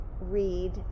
read